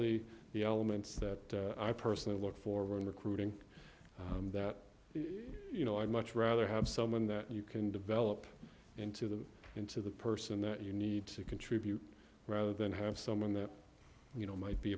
really the elements that i personally look for recruiting that you know i'd much rather have someone that you can develop into the into the person that you need to contribute rather than have someone that you know might be